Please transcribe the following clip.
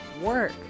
work